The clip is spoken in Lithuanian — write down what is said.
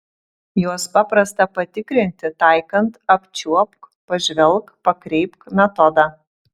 juos paprasta patikrinti taikant apčiuopk pažvelk pakreipk metodą